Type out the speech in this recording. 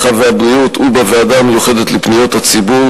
הרווחה והבריאות ובוועדה המיוחדת לפניות הציבור,